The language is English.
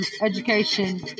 education